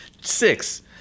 six